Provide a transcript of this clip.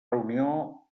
reunió